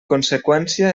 conseqüència